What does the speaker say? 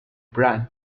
brant